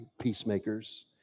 peacemakers